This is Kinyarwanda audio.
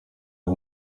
byo